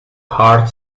hard